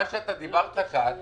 מה שהמנכ"ל דיבר, על